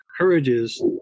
encourages